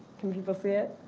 can people see it?